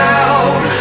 out